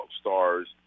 stars